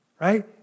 Right